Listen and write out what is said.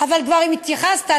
אבל אם כבר התייחסת,